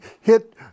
hit